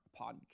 podcast